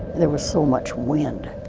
there was so much wind.